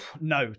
No